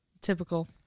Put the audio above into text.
Typical